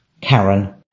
Karen